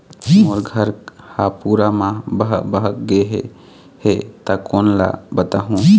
मोर घर हा पूरा मा बह बह गे हे हे ता कोन ला बताहुं?